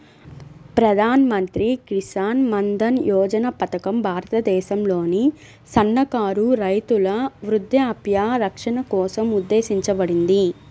ప్రధాన్ మంత్రి కిసాన్ మన్ధన్ యోజన పథకం భారతదేశంలోని సన్నకారు రైతుల వృద్ధాప్య రక్షణ కోసం ఉద్దేశించబడింది